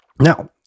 Now